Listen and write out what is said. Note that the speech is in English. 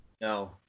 No